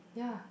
ya